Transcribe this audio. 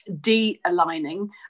de-aligning